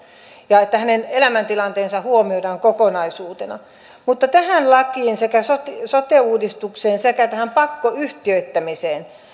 ja että hänen elämäntilanteensa huomioidaan kokonaisuutena mutta tähän lakiin sekä sote sote uudistukseen sekä tähän pakkoyhtiöittämiseen